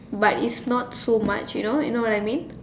but it's not so much you know you know what I mean